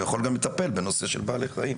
הוא יכול גם לטפל בנושא של בעלי חיים.